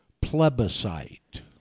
Plebiscite